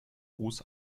ruß